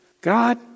God